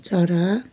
चरा